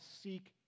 seek